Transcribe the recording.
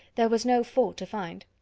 there was no fault to find.